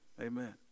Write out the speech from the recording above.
Amen